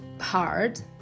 hard